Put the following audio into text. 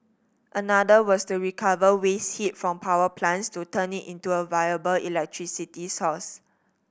another was to recover waste heat from power plants to turn it into a viable electricity source